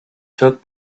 took